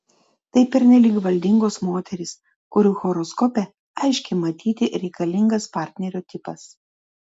tai pernelyg valdingos moterys kurių horoskope aiškiai matyti reikalingas partnerio tipas